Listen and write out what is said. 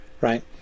right